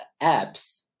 apps